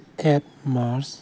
eight March